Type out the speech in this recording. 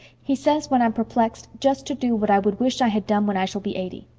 he says, when i'm perplexed, just to do what i would wish i had done when i shall be eighty.